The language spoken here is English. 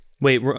Wait